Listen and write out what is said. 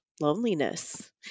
loneliness